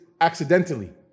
accidentally